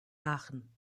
aachen